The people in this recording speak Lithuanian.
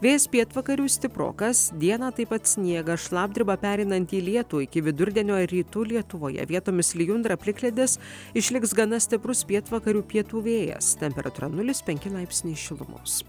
vėjas pietvakarių stiprokas dieną taip pat sniegas šlapdriba pereinanti į lietų iki vidurdienio rytų lietuvoje vietomis lijundra plikledis išliks gana stiprus pietvakarių pietų vėjas temperatūra nulis penki laipsniai šilumos